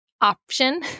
option